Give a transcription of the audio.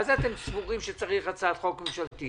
מה זה, אתם סבורים שצריך הצעת חוק ממשלתית?